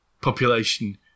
population